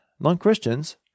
non-Christians